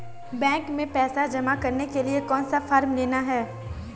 Bank में पैसा जमा करने के लिए कौन सा फॉर्म लेना है?